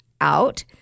out